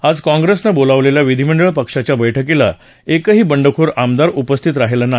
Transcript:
आज काँप्रेसनं बोलावलेल्या विधीमंडळ पक्षाच्या बैठकीला एकही बंडखोर आमदार उपस्थित राहिला नाही